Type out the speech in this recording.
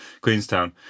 Queenstown